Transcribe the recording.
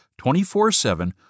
24-7